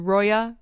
Roya